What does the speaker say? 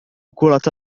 كرة